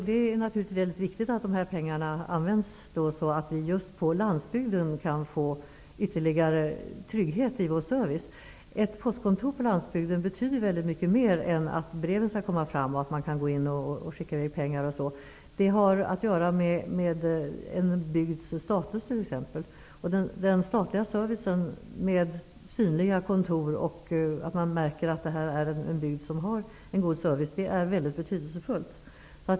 Fru talman! Det är naturligtvis mycket viktigt att dessa pengar används så att vi just på landsbygden kan få ytterligare trygghet i vår service. Ett postkontor på landsbygden betyder väldigt mycket mer än att breven kommer fram och att man kan gå in och skicka i väg pengar osv. Det har t.ex. att göra med en bygds status. Den statliga servicen med synliga kontor där man märker att detta är en bygd som har en god service är mycket betydelsefull.